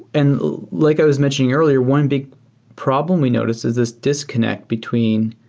and like i was mentioning earlier, one big problem we noticed is this disconnect between